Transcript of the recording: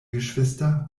geschwister